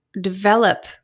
develop